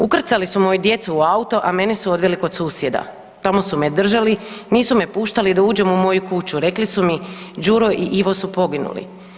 Ukrcali su moju djecu u auto, a mene su odveli kod susjeda, tamo su me držali, nisu me puštali da uđem u moju kuću, rekli su mi Đuro i Ivo su poginuli.